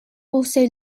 also